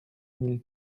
mille